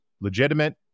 legitimate